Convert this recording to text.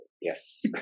Yes